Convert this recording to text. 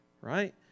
right